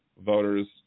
voters